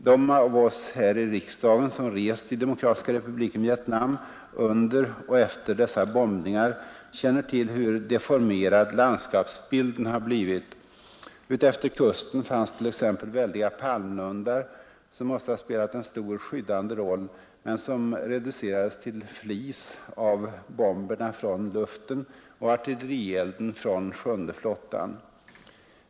De av oss här i riksdagen som rest i Demokratiska republiken Vietnam under och efter dessa bombningar känner till hur deformerad landskapsbilden har blivit. Utefter kusten fanns t.ex. väldiga palmlundar, som måste ha spelat en stor skyddande roll men som reducerades till flis av bomberna från luften och artillerielden från sjunde flottan.